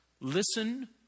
Listen